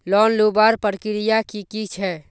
Loan लुबार प्रक्रिया की की छे?